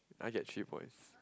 I get three points